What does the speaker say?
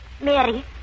Mary